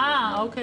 באיזה מובן?